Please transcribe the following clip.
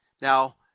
Now